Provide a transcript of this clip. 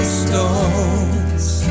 stones